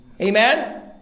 Amen